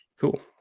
Cool